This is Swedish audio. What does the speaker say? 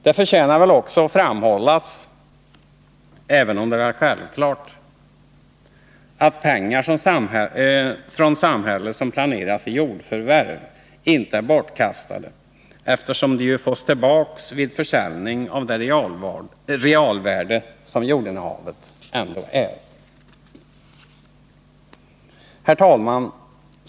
Det förtjänar också att framhållas, även om det väl är självklart, att pengar från samhället som placeras i jordförvärv inte är bortkastade, eftersom de ju Nr 45 kan fås tillbaka vid försäljning av det realvärde som jordinnehavet ändå 10 december 1980 Herr talman!